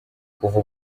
kuva